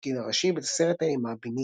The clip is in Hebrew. בתפקיד הראשי בסרט האימה "Beneath".